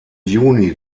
juni